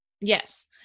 Yes